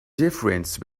difference